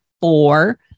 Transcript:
four